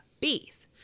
bees